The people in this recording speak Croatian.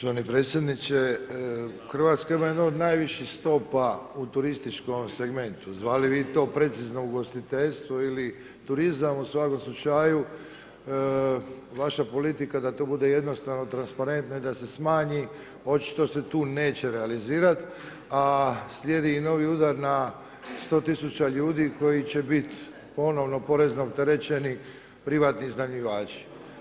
Poštovani predsjedniče, Hrvatska ima jednu od najviših stopa u turističkom segmentu zvali vi to precizno ugostiteljstvo ili turizam, u svakom slučaju vaša politika da to bude jednostavno transparentno i da se smanji, očito se tu neće realizirati a slijedi i novi udar na 100 000 ljudi koji će biti ponovno porezno opterećeni, privatni iznajmljivači.